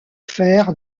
fer